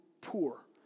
poor